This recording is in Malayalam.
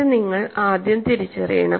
ഇത് നിങ്ങൾ ആദ്യം തിരിച്ചറിയണം